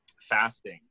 fasting